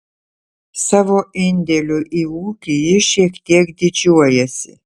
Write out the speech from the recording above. savo indėliu į ūkį jis šiek tiek didžiuojasi